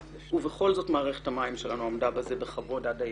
ובכל זאת מערכת המים שלנו עמדה בזה בכבוד עד היום".